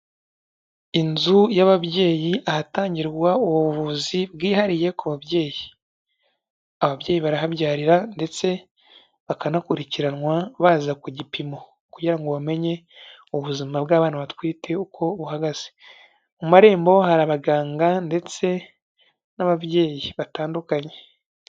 Inzu y'ababyeyi, ahatangirwa ubuvuzi bwihariye ku babyeyi. Ababyeyi barahabyarira ndetse bakanakurikiranwa, baza ku gipimo kugira ngo bamenye ubuzima bw'abana batwite uko uhagaze. Mu marembo hari abaganga ndetse n'ababyeyi batandukanye.